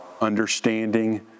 understanding